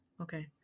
Okay